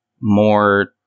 more